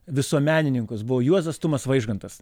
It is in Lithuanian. visuomenininkus buvo juozas tumas vaižgantas